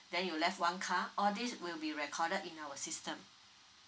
then you left one car all this will be recorded in our system